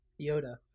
Yoda